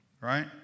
right